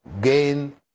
gain